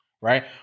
right